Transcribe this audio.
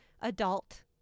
adult